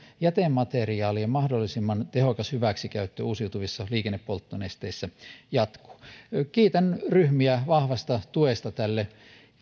jätemateriaalien mahdollisimman tehokas hyväksikäyttö uusiutuvissa liikennepolttonesteissä jatkuu kiitän ryhmiä vahvasta tuesta tälle